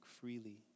freely